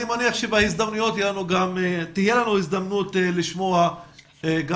אני מניח שתהיה לנו הזדמנות לשמוע גם